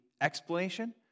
explanation